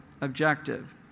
objective